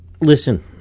listen